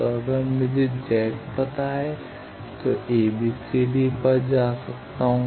तो अगर मुझे Z पता है मैं a b c d पर जा सकता हूं